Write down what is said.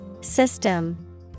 System